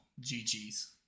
GG's